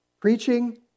preaching